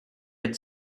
had